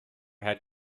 had